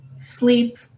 sleep